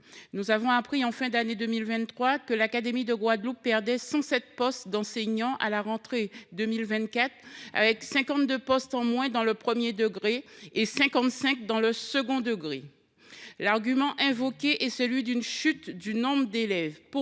Nous avons appris en fin d’année 2023 que l’académie de Guadeloupe perdrait 107 postes d’enseignants à la rentrée 2024 : 52 postes en moins dans le premier degré et 55 dans le second degré. L’argument invoqué est celui de la chute du nombre d’élèves.